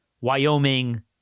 Wyoming